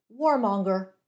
warmonger